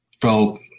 felt